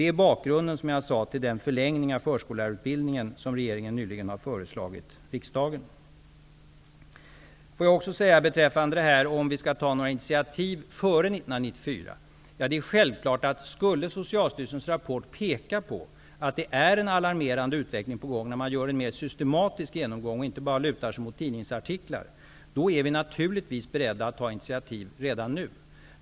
Detta är bakgrunden, som jag sagt, till den förlängning av förskollärarutbildningen som regeringen nyligen har lagt fram förslag om till riksdagen. Så en kommentar till frågan om vi skall ta några initiativ före 1994. Ja, det är självklart att vi, om Socialstyrelsens rapport skulle peka på att en alarmerande utveckling är på gång -- jag talar då om en mera systematisk genomgång där man inte bara lutar sig mot tidningsartiklar -- är beredda att ta initiativ redan nu.